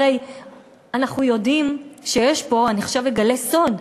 הרי אנחנו יודעים שיש פה, ועכשיו אני אגלה סוד,